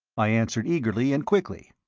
i answered eagerly and quickly,